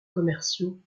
commerciaux